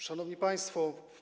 Szanowni Państwo!